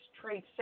trade